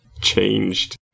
changed